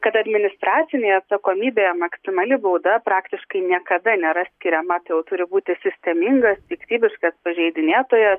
kad administracinė atsakomybė maksimali bauda praktiškai niekada nėra skiriama tai jau turi būti sistemingas piktybiškas pažeidinėtoja